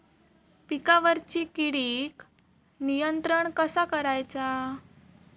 पिकावरची किडीक नियंत्रण कसा करायचा?